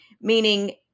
meaning